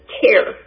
care